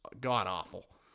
god-awful